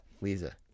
Lisa